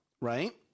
right